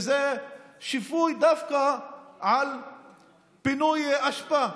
שהיא שיפוי דווקא על פינוי אשפה?